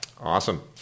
Awesome